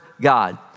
God